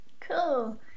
Cool